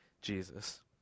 Jesus